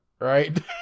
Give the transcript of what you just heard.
Right